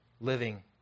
living